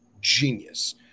genius